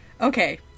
Okay